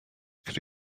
could